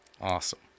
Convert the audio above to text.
Awesome